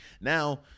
Now